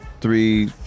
three